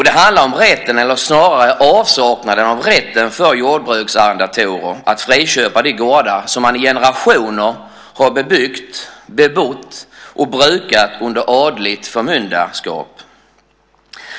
Det handlar om rätten, eller snarare avsaknaden av rätten, för jordbruksarrendatorer att friköpa de gårdar som man i genrationer har bebyggt, bebott och brukat under adligt förmyndarskap.